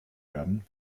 werden